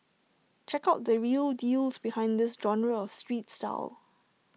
check out the real deals behind this genre of street style